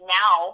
now